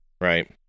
right